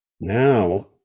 now